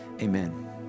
amen